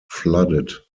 flooded